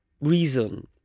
reason